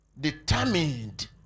determined